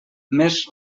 més